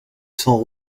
sont